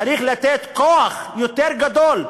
צריך לתת כוח יותר גדול.